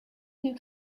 you